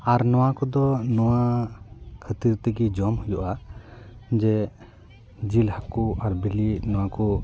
ᱟᱨ ᱱᱚᱣᱟ ᱠᱚᱫᱚ ᱱᱚᱣᱟ ᱠᱷᱟᱹᱛᱤᱨ ᱛᱮᱜᱮ ᱡᱚᱢ ᱦᱩᱭᱩᱜᱼᱟ ᱡᱮ ᱡᱤᱞ ᱦᱟᱹᱠᱩ ᱟᱨ ᱵᱤᱞᱤ ᱱᱚᱣᱟ ᱠᱚ